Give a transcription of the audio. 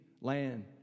land